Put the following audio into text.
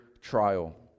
trial